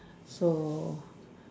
so